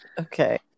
Okay